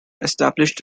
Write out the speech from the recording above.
established